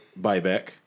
buyback